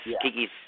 Kiki's